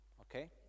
okay